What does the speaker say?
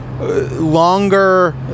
longer